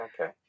okay